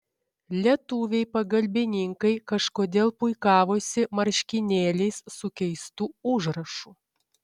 lietuviai pagalbininkai kažkodėl puikavosi marškinėliais su keistu užrašu